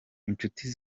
inshuti